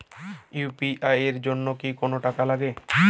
UPI এর জন্য কি কোনো টাকা লাগে?